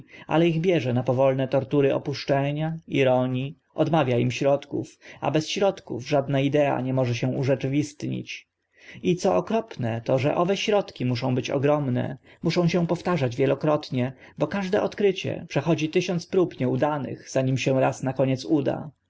ale ich bierze na powolne tortury opuszczenia ironii odmawia im środków a bez środków żadna idea nie może się urzeczywistnić i co okropne to że owe środki muszą być ogromne muszą się powtarzać wielokrotnie bo każde odkrycie przechodzi tysiąc prób nieudanych nim się raz na koniec uda